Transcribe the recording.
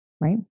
Right